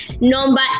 Number